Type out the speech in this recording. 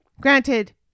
Granted